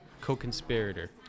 co-conspirator